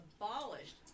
abolished